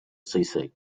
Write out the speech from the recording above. suicide